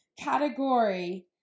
category